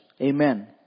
Amen